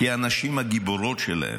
כי הנשים הגיבורות שלהם,